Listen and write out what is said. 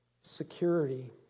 security